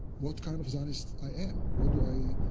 what kind of zionist i am, what do i,